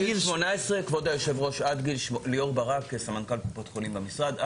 ליאור ברק, סמנכ"ל קופות חולים במשרד.